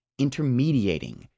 intermediating